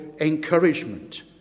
encouragement